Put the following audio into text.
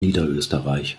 niederösterreich